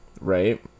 Right